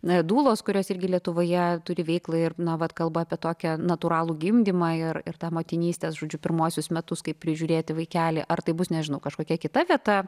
na dulos kurios irgi lietuvoje turi veiklą ir na vat kalba apie tokį natūralų gimdymą ir ir tą motinystės žodžiu pirmuosius metus kaip prižiūrėti vaikelį ar tai bus nežinau kažkokia kita vieta